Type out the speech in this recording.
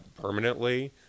permanently